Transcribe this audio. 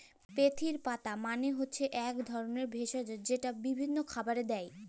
মেথির পাতা মালে হচ্যে এক ধরলের ভেষজ যেইটা বিভিল্য খাবারে দেয়